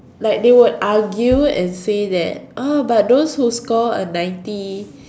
like they would argue and say that uh but those who score a ninety